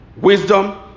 wisdom